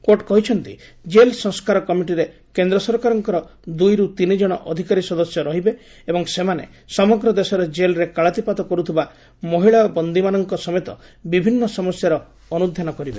court କହିଛନ୍ତି jail ସଂସ୍କାର କମିଟିରେ କେନ୍ଦ୍ର ସରକାରଙ୍କର ଦୁଇରୁ ତିନି ଜଣ ଅଧିକାରୀ ସଦସ୍ୟ ରହିବେ ଏବଂ ସେମାନେ ସମଗ୍ର ଦେଶରେ ଜେଲ୍ରେ କାଳାତିପାତ କରୁଥିବା ମହିଳା ବନ୍ଦୀମାନଙ୍କ ସମେତ ବିଭିନ୍ନ ସମସ୍ୟାର ଅନୁଧ୍ୟାନ କରିବେ